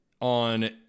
on